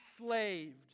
enslaved